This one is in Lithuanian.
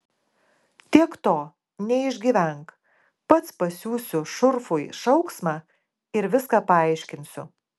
tiek to neišgyvenk pats pasiųsiu šurfui šauksmą ir viską paaiškinsiu